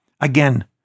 Again